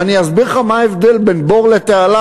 ואני אסביר לך מה ההבדל בין בור לתעלה,